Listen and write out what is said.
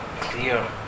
clear